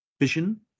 vision